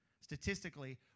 statistically